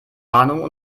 warnungen